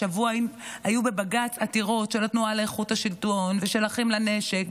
השבוע היו בבג"ץ עתירות של התנועה לאיכות השלטון ושל אחים לנשק,